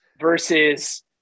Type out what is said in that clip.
versus